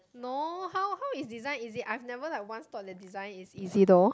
no how how is design easy I have never like one thought that design is easy though